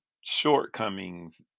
shortcomings